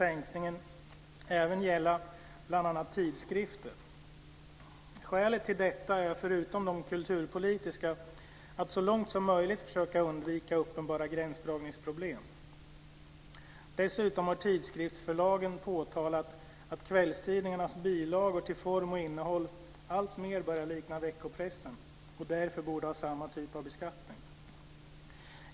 tidskrifter. Skälet till detta är, förutom de kulturpolitiska, att så långt som möjligt försöka undvika uppenbara gränsdragningsproblem. Dessutom har tidskriftsförlagen påtalat att kvällstidningarnas bilagor till form och innehåll alltmer börjar likna veckopressen och därför borde ha samma typ av beskattning.